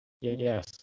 yes